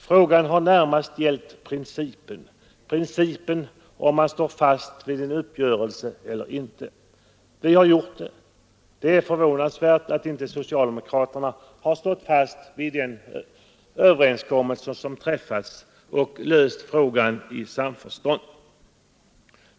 Frågan har närmast gällt principen — principen om man står fast vid en uppgörelse eller inte. Vi har gjort det. Det är förvånansvärt att inte socialdemokraterna har stått fast vid den uppgörelse som träffats och löst frågan i samförstånd.